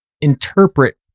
interpret